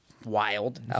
Wild